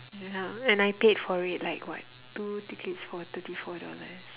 ya and I paid for it like [what] two tickets for thirty four dollars